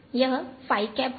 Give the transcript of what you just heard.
यह होगा